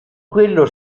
quello